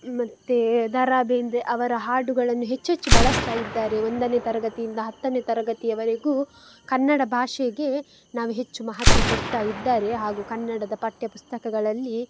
ಮತ್ತು ದ ರಾ ಬೇಂದ್ರೆ ಅವರ ಹಾಡುಗಳನ್ನು ಹೆಚ್ಚು ಹೆಚ್ಚು ಬಳಸ್ತಾ ಇದ್ದಾರೆ ಒಂದನೆ ತರಗತಿಯಿಂದ ಹತ್ತನೆ ತರಗತಿಯವರೆಗು ಕನ್ನಡ ಭಾಷೆಗೆ ನಾವು ಹೆಚ್ಚು ಮಹತ್ವ ಕೊಡ್ತಾ ಇದ್ದಾರೆ ಹಾಗು ಕನ್ನಡದ ಪಠ್ಯಪುಸ್ತಕಗಳಲ್ಲಿ